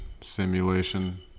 simulation